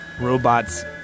robots